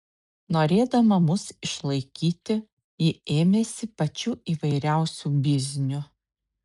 norėdama mus išlaikyti ji ėmėsi pačių įvairiausių biznių